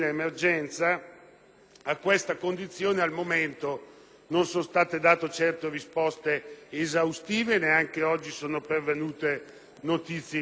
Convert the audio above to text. a questa condizione al momento non sono state fornite risposte esaustive; neanche oggi sono pervenute notizie incoraggianti.